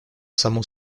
саму